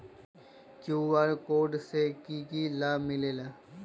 QR code से कि कि लाव मिलेला?